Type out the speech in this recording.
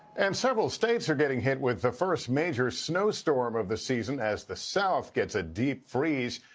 and several states are getting hit with the first major snowstorm of the season as the south gets a deep freeze.